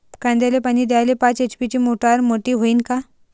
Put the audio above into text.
कांद्याले पानी द्याले पाच एच.पी ची मोटार मोटी व्हईन का?